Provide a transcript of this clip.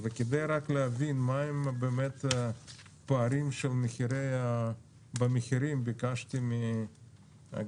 כדי רק להבין מה הם הפערים במחירים ביקשתי מאגף